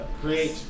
create